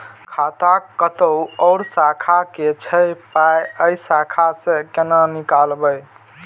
खाता कतौ और शाखा के छै पाय ऐ शाखा से कोना नीकालबै?